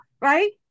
right